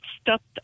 stopped